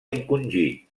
encongir